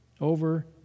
over